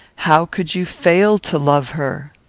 how could you fail to love her?